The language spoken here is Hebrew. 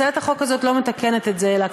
הצעת החוק הזאת לא מתקנת את זה אלא,